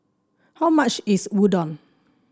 how much is Udon